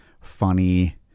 funny